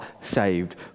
saved